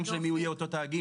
לא משנה מי יהיה אותו תאגיד,